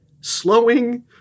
slowing